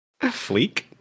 fleek